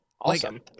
awesome